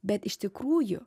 bet iš tikrųjų